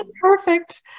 perfect